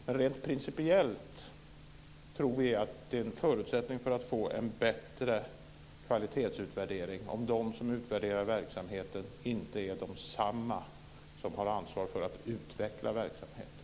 Men rent principiellt tror vi att det är en förutsättning för att få en bättre kvalitetsutvärdering att de som utvärderar verksamheten inte är desamma som har ansvar för att utveckla verksamheten.